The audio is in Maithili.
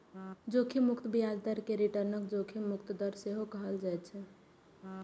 जोखिम मुक्त ब्याज दर कें रिटर्नक जोखिम मुक्त दर सेहो कहल जाइ छै